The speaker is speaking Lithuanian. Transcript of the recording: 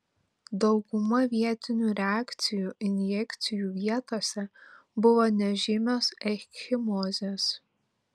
dauguma vietinių reakcijų injekcijų vietose buvo nežymios ekchimozės